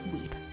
weep